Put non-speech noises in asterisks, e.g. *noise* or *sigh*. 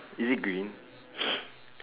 is it green *noise*